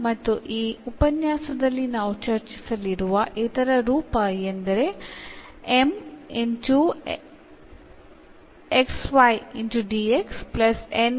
മറ്റൊന്ന് എന്ന ഫോമിലുള്ള സമവാക്യങ്ങൾ ആയിരിക്കും ഈ ലക്ച്ചറിൽ നമ്മൾ പരിഗണിക്കുന്നത്